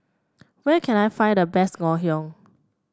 where can I find the best Ngoh Hiang